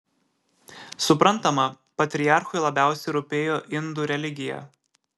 suprantama patriarchui labiausiai rūpėjo indų religija